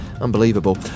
Unbelievable